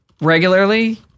regularly